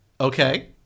Okay